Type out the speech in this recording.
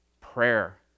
Prayer